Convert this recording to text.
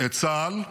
את צה"ל,